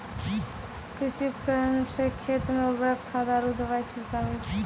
कृषि उपकरण सें खेत मे उर्वरक खाद आरु दवाई छिड़कावै छै